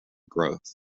growth